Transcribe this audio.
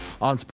on